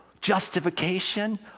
justification